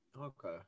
Okay